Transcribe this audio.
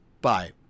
Bye